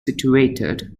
situated